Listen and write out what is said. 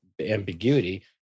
ambiguity